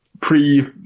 pre